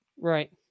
Right